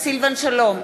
סילבן שלום,